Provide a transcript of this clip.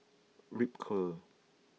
Ripcurl